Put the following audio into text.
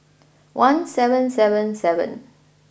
one seven seven seven